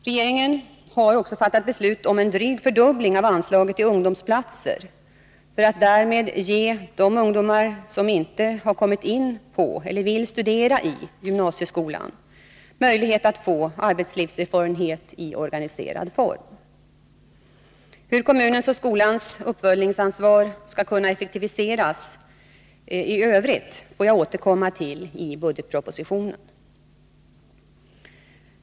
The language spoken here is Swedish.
Regeringen har också fattat beslut om en dryg fördubbling av anslaget till ungdomsplatser för att därmed ge de ungdomar som inte har kommit in på eller vill studera i gymnasieskolan möjlighet att få arbetslivserfarenhet i organiserad form. Hur kommunens och skolans uppföljningsansvar skall kunna effektiviseras i övrigt får jag återkomma till i budgetpropositionen.